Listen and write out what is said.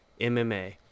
MMA